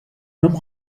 homme